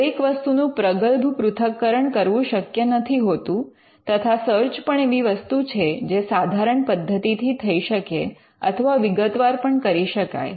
દરેક વસ્તુનું પ્રગલ્ભ પૃથક્કરણ કરવું શક્ય નથી હોતું તથા સર્ચ પણ એવી વસ્તુ છે જે સાધારણ પદ્ધતિથી થઇ શકે અથવા વિગતવાર પણ કરી શકાય